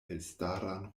elstaran